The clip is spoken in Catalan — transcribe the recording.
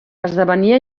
esdevenia